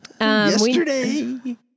Yesterday